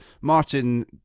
Martin